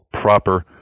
proper